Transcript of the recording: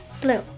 Blue